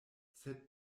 sed